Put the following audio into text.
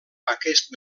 aquest